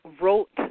wrote